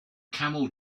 camel